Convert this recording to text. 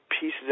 pieces